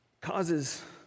causes